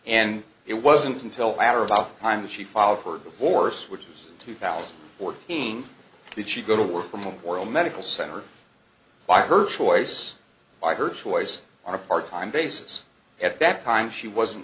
and it wasn't until after about time that she filed her divorce which was two thousand or being that she go to work for memorial medical center by her choice by her choice on a part time basis at that time she wasn't